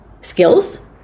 skills